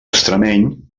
extremeny